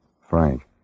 Frank